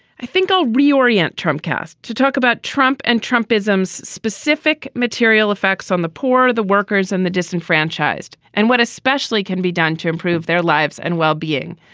i think i'll reorient term to talk about trump and trump isms, specific material effects on the poor, the workers and the disenfranchised. and what especially can be done to improve their lives and well-being.